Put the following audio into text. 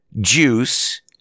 juice